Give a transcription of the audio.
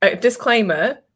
disclaimer